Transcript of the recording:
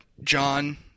John